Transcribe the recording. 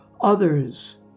others